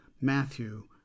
Matthew